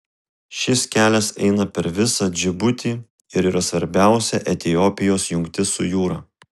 šis kelias eina per visą džibutį ir yra svarbiausia etiopijos jungtis su jūra